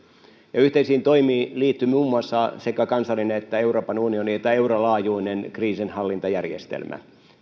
yhteisiin toimiin liittyi muun muassa sekä kansallinen että eurolaajuinen kriisinhallintajärjestelmä